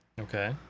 Okay